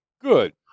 Good